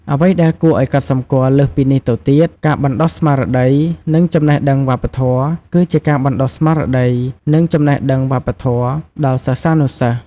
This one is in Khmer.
អ្វីដែលគួរអោយកត់សម្គាល់លើសពីនេះទៅទៀត ការបណ្ដុះស្មារតី និងចំណេះដឹងវប្បធម៌ គឺជាការបណ្ដុះស្មារតី និងចំណេះដឹងវប្បធម៌ ដល់សិស្សានុសិស្ស។